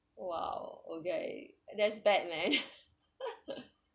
!wow! okay that's bad man